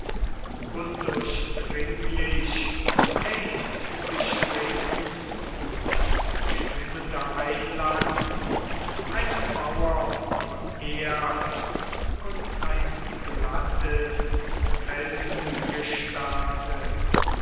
undurchdringlich erhebt sich rings um das schwimmende eiland eine mauer von erz und ein glattes